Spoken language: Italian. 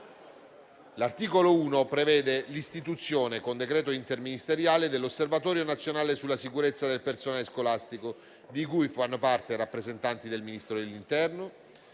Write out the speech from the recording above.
L'articolo 1 prevede l'istituzione con decreto interministeriale dell'osservatorio nazionale sulla sicurezza del personale scolastico, di cui fanno parte rappresentanti del Ministero dell'interno,